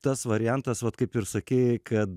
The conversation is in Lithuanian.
tas variantas vat kaip ir sakei kad